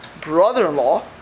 brother-in-law